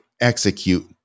execute